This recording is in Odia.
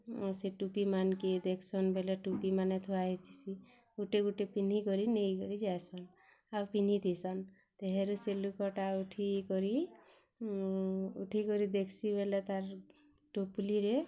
ସେ ଟୁପିମାନ୍କି ଦେଖ୍ସନ୍ ବୋଲେ ଟୁପିମାନେ ଥୁଆ ହେଇସି ଗୁଟେ ଗୁଟେ ପିନ୍ଧି କରି ନେଇକରି ଯାଇସନ୍ ଆଉ ପିନ୍ଧିଦିସନ୍ ସେ ଲୋକ୍ ଟା ଉଠି କରି ଉଠି କରି ଦେଖ୍ ସି ବେଲେ ତା'ର୍ ଟୋପ୍ଲି ରେ